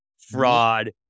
fraud